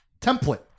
template